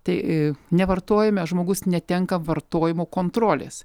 tai e nevartojime žmogus netenka vartojimo kontrolės